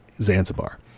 Zanzibar